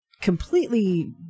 completely